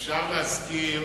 אפשר להזכיר